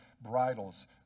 bridles